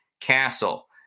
castle